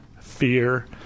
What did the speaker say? fear